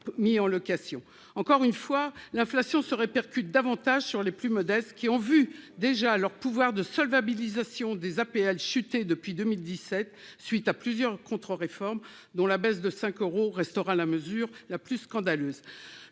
Encore une fois, l'inflation se répercute davantage sur les plus modestes, qui ont vu leur pouvoir de « solvabilisation » des APL chuter depuis 2017 à la suite de plusieurs contre-réformes, dont la baisse de cinq euros restera la plus scandaleuse.